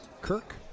Kirk